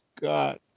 God